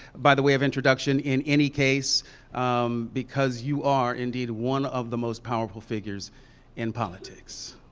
by the way of introduction, in any case um because you are, indeed, one of the most powerful figures in politics.